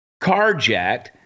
carjacked